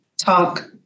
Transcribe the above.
talk